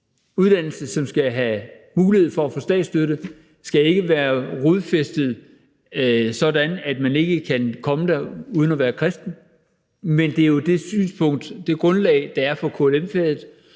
uddannelse, som skal have mulighed for at få statsstøtte, ikke skal være rodfæstet, sådan at man ikke kan komme der uden at være kristen. Men det er jo det synspunkt, altså det grundlag, som der er for KLM-faget.